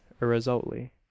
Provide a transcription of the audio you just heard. irresolutely